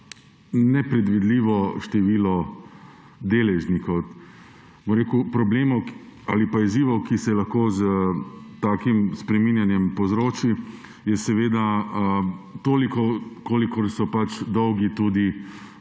na nepredvidljivo število deležnikov. Problemov ali pa izzivov, ki se jih lahko s takim spreminjanjem povzroči, je toliko, kolikor so dolgi tudi